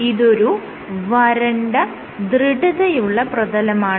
ഇതൊരു വരണ്ട ദൃഢതയുള്ള പ്രതലമാണ്